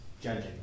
judging